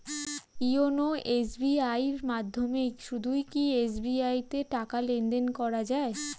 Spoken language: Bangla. ইওনো এস.বি.আই এর মাধ্যমে শুধুই কি এস.বি.আই তে টাকা লেনদেন করা যায়?